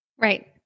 Right